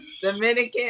Dominican